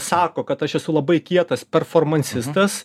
sako kad aš esu labai kietas performansistas